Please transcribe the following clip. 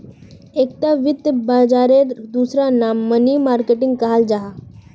एकता वित्त बाजारेर दूसरा रूप मनी मार्किट कहाल जाहा